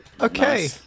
Okay